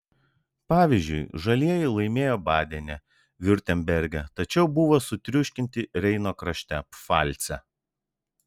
pavyzdžiui žalieji laimėjo badene viurtemberge tačiau buvo sutriuškinti reino krašte pfalce